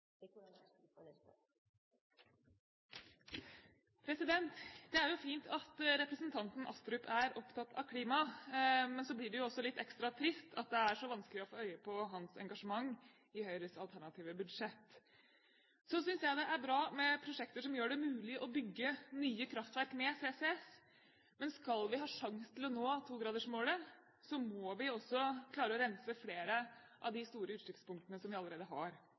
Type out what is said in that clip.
minutt. Det er jo fint at representanten Astrup er opptatt av klima, men så blir vi jo også litt ekstra trist over at det er så vanskelig å få øye på hans engasjement i Høyres alternative budsjett. Jeg synes det er bra med prosjekter som gjør det mulig å bygge nye kraftverk med CCS, men skal vi ha sjanse til å nå 2-gradersmålet, må vi også klare å rense flere av de store utslippspunktene som vi allerede har.